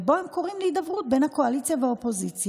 ובו הם קוראים להידברות בין הקואליציה לאופוזיציה,